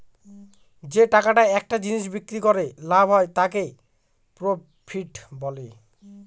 যে টাকাটা একটা জিনিস বিক্রি করে লাভ হয় তাকে প্রফিট বলে